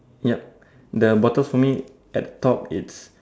yep the bottles for me at the top is